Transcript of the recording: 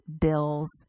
bills